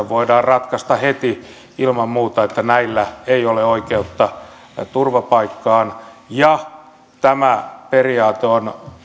voidaan ratkaista heti ilman muuta että näillä ei ole oikeutta turvapaikkaan ja tämä periaate on